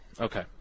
Okay